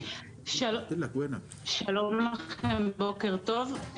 שלום לכם, בוקר טוב.